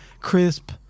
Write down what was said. crisp